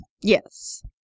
Yes